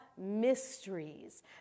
mysteries